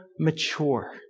Mature